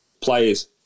players